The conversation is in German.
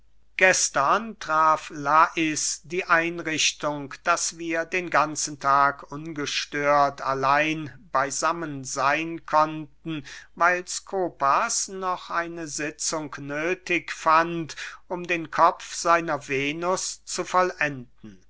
gestern traf lais die einrichtung daß wir den ganzen tag ungestört allein beysammen seyn konnten weil skopas noch eine sitzung nöthig fand um den kopf seiner venus zu vollenden